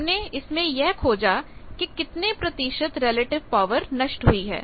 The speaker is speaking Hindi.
हमने इसमें यह खोजा कि कितने प्रतिशत रिलेटिव पावर relative power नष्ट हुई है